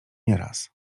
nieraz